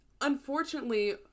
unfortunately